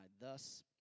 Thus